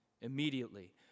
Immediately